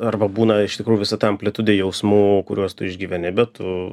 arba būna iš tikrųjų visa ta amplitudė jausmų kuriuos tu išgyveni bet tu